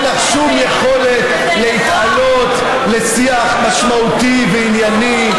אין לך שום יכולת להתעלות לשיח משמעותי וענייני,